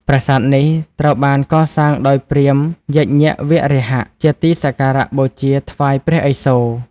ប្រាសាទនេះត្រូវបានកសាងដោយព្រាហ្មណ៍យជ្ញវរាហៈ ជាទីសក្ការៈបូជាថ្វាយព្រះឥសូរ។